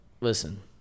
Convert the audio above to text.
listen